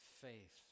faith